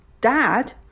Dad